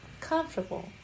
comfortable